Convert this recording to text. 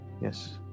yes